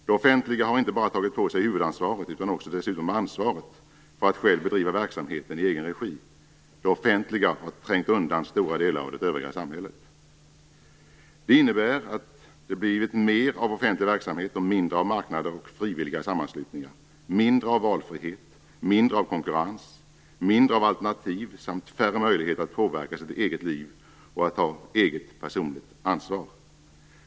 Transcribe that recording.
Det offentliga har inte bara tagit på sig huvudansvaret utan ofta dessutom ansvaret för att själv bedriva verksamheten i egen regi. Det offentliga har trängt undan stora delar av det övriga samhället. Detta innebär att det har blivit mer av offentlig verksamhet och mindre av marknader och frivilliga sammanslutningar, mindre av valfrihet, mindre av konkurrens, mindre av alternativ samt färre möjligheter att påverka sitt eget liv och att ta eget personligt ansvar.